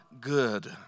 good